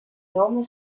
nome